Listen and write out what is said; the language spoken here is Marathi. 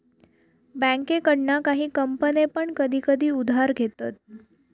बँकेकडना काही कंपने पण कधी कधी उधार घेतत